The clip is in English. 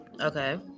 Okay